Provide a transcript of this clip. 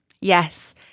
Yes